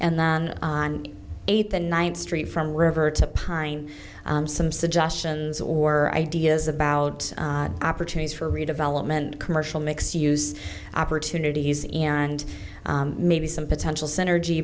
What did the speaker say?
and then on eighth and ninth street from river to pine some suggestions or ideas about opportunities for redevelopment commercial mix use opportunities and maybe some potential synergy